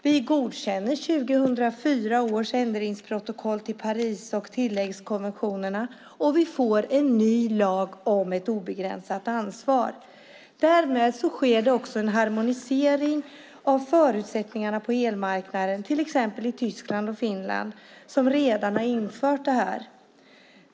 Vi godkänner 2004 års ändringsprotokoll till Paris och tilläggskonventionerna, och vi får en ny lag om ett obegränsat ansvar. Därmed sker det också en harmonisering av förutsättningarna på elmarknaden. Till exempel har Tyskland och Finland redan infört det här.